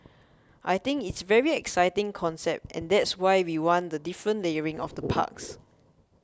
I think it's very exciting concept and that's why we want the different layering of the parks